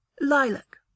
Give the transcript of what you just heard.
lilac